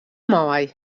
mei